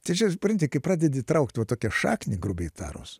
tiesiog supranti kai pradedi traukt va tokią šaknį grubiai tarus